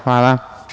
Hvala.